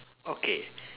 okay